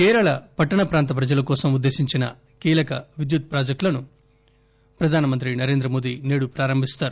కేరళ పట్టణ ప్రాంత ప్రజల కోసం ఉద్దేశించిన కీలక విద్యుత్ ప్రాజెక్టులను ప్రధానమంత్రి నరేంద్రమోడీ నేదు ప్రారంభిస్తారు